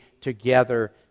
together